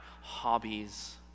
hobbies